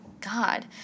God